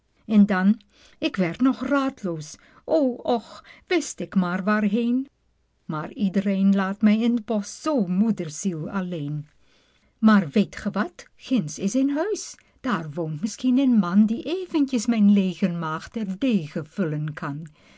en dan ik word nog raad'loos o och wist ik maar waarheen maar iedereen laat mij in t bosch zoo moederziel alleen maar weet ge wat ginds is een huis daar woont misschien een man die eventjes mijn leêge maag terdege vullen kan